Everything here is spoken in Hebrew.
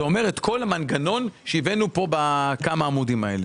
זה אומר כל המנגנון שהבאנו כאן בכמה עמודים האלה.